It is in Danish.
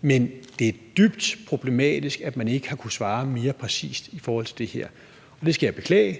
men det er dybt problematisk, at man ikke har kunnet svare mere præcist i forhold til det her. Det skal jeg beklage.